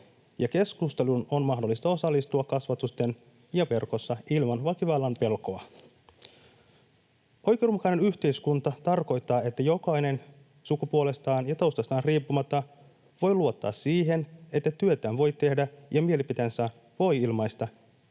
ja keskusteluun on mahdollista osallistua kasvotusten ja verkossa ilman väkivallan pelkoa. Oikeudenmukainen yhteiskunta tarkoittaa, että jokainen sukupuolestaan ja taustastaan riippumatta voi luottaa siihen, että työtään voi tehdä ja mielipiteensä voi ilmaista,